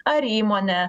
ar įmonę